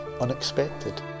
unexpected